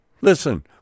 Listen